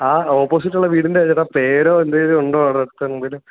opposite ഉള്ള വീടിൻ്റെ ചേട്ടാ പേരോ എന്തെങ്കിലും ഉണ്ടോ അവിടുത്തെ എന്തെങ്കിലും